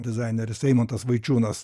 dizaineris eimuntas vaičiūnas